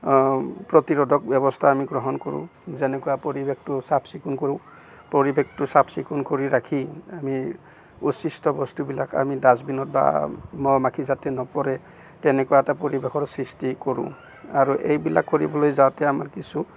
প্ৰতিৰোধক ব্যৱস্থা আমি গ্ৰহণ কৰোঁ যেনেকুৱা পৰিৱেশটো চাফ চিকুণ কৰোঁ পৰিৱেশটো চাফ চিকুণ কৰি ৰাখি আমি বস্তুবিলাক আমি ডাষ্টবিনত বা মহ মাখি যাতে নপৰে তেনেকুৱা এটা পৰিৱেশৰ সৃষ্টি কৰোঁ আৰু এইবিলাক কৰিবলৈ যাওঁতে আমাৰ কিছু